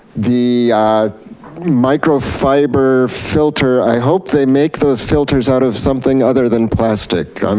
the microfiber filter, i hope they make those filters out of something other than plastic. i'm